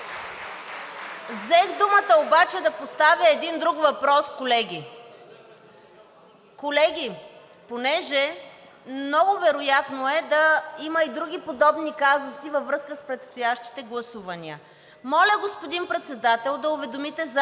Взех думата обаче да поставя един друг въпрос, колеги. Колеги, много вероятно е да има и други подобни казуси във връзка с предстоящите гласувания. Моля, господин Председател, да уведомите залата